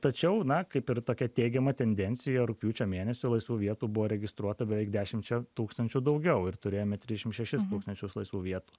tačiau na kaip ir tokia teigiama tendencija rugpjūčio mėnesį laisvų vietų buvo registruota beveik dešimčia tūkstančių daugiau ir turėjome trisdešim šešis tūkstančius laisvų vietų